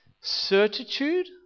certitude